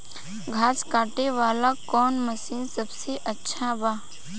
घास काटे वाला कौन मशीन सबसे अच्छा बा?